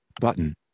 Button